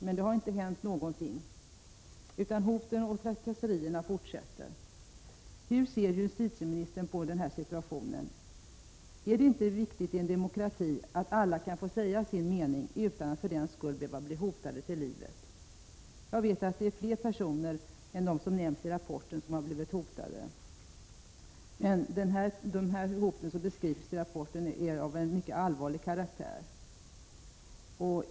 Men det har inte hänt någonting, utan hoten och trakasserierna fortsätter. Hur ser justitieministern på denna situation? Är det inte viktigt i en demokrati att alla kan få säga sin mening utan att för den skull behöva bli hotade till livet? Jag vet att flera personer än de som nämns i rapporten har blivit hotade. Men de hot som beskrivs i rapporten är av mycket allvarlig karaktär.